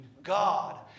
God